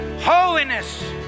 Holiness